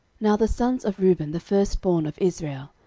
now the sons of reuben the firstborn of israel,